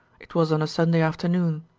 it was on a sunday afternoon.